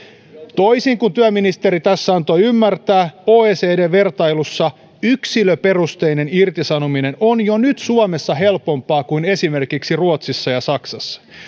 toisin kuin työministeri tässä antoi ymmärtää oecd vertailussa yksilöperusteinen irtisanominen on jo nyt suomessa helpompaa kuin esimerkiksi ruotsissa ja saksassa